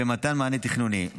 ומתן מענה תכנוני.